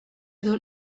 edo